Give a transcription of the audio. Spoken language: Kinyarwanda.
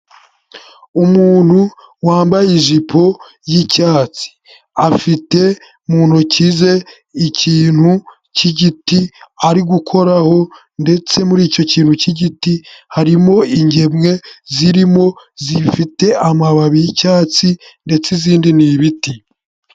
Umuntu wambaye ijipo y'icyatsi, afite mu ntoki ze, ikintu cy'igiti ari gukoraho ndetse muri icyo kintu cy'igiti, harimo ingemwe zirimo zifite amababi y'icyatsi ndetse izindi ni ibiti.